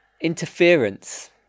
Interference